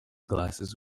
glasses